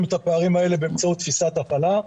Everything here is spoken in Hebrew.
את הפערים האלה באמצעות תפיסת הפעלה.